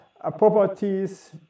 properties